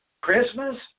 Christmas